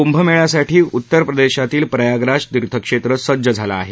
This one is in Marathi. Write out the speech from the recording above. कुंभमेळ्यासाठी उत्तरप्रदेशातील प्रयागराज तीर्थक्षेत्रं सज्जं झालं आहे